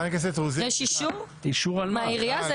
יש אישור מהעירייה?